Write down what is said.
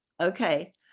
Okay